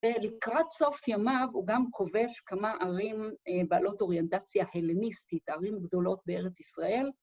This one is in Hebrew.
ולקראת סוף ימיו הוא גם כובש כמה ערים בעלות אוריינטציה הלניסטית, ערים גדולות בארץ ישראל.